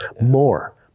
more